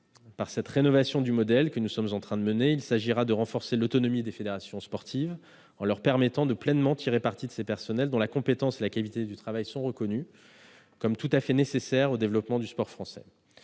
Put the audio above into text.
La rénovation du modèle que nous sommes en train de mener vise à renforcer l'autonomie des fédérations sportives en leur permettant de tirer pleinement parti de ces personnels, dont la compétence et la qualité du travail sont reconnues comme absolument nécessaires au développement du sport français.